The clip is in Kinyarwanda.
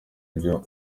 ibyo